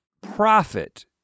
profit